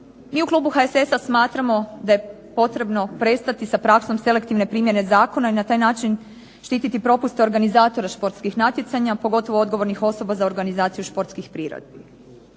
Mi u klubu HSS-a smatramo da je potrebno prestati sa praksom selektivne primjene zakona i na taj način štiti propuste organizatora športskih natjecanja, a pogotovo odgovornih osoba za organizaciju športskih priredbi.